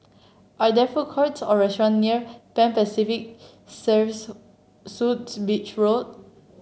are there food courts or restaurant near Pan Pacific Serves Suites Beach Road